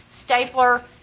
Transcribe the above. stapler